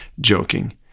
joking